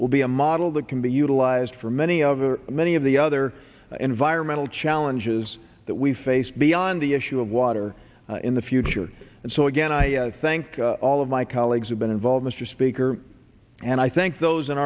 will be a model that can be utilized for many of the many of the other environmental challenges that we face beyond the issue of water in the future and so again i thank all of my colleagues who've been involved mr speaker and i thank those in